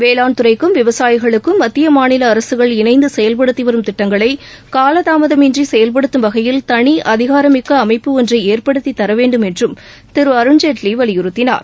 வேளான் துறைக்கும் விவசாயிகளுக்கும் மத்திய மாநில அரசுகள் இணைந்து செயல்படுத்திவரும் திட்டங்களை காலதாமதம் இன்றி செயல்படுத்தும் வகையில் தனி அதிகாரமிக்க அமைப்பு ஒன்றை ஏற்படுத்தி தரவேண்டும் என்றும் திரு அருண்ஜேட்வி வலியுறுத்தினார்